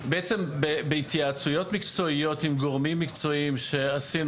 בהתייעצויות מקצועיות עם גורמים מקצועיים שעשינו